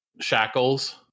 Shackles